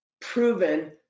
proven